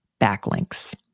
backlinks